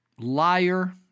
Liar